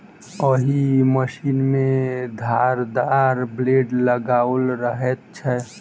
एहि मशीन मे धारदार ब्लेड लगाओल रहैत छै